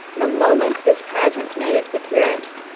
the moment this pageant made its appearance,